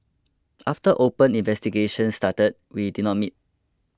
after open investigations started we did not meet